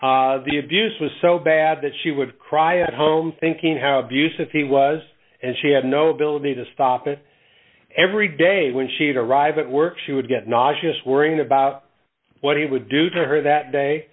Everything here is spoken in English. the abuse was so bad that she would cry at home thinking how abusive he was and she had no ability to stop it every day when she'd arrive at work she would get not just worrying about what he would do to her that